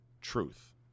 truth